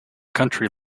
country